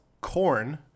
corn